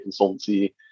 consultancy